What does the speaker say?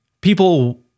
people